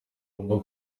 bumva